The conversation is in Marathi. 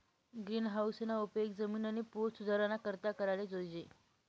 गिरीनहाऊसना उपेग जिमिननी पोत सुधाराना करता कराले जोयजे